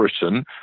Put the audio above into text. Britain